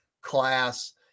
class